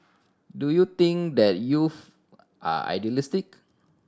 do you think that youth are idealistic